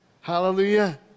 Hallelujah